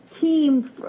team